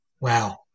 Wow